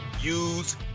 use